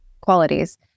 qualities